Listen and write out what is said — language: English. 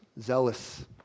zealous